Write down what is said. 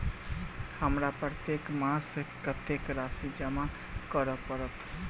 हमरा प्रत्येक मास कत्तेक राशि जमा करऽ पड़त?